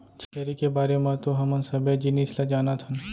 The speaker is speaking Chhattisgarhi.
छेरी के बारे म तो हमन सबे जिनिस ल जानत हन